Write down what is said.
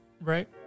Right